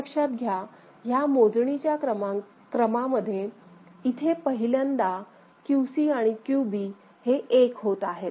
तर लक्षात घ्या ह्या मोजणीच्या क्रमामध्ये इथे पहिल्यांदा QC आणि QB हे एक होत आहेत